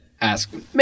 ask